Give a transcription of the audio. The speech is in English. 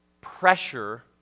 pressure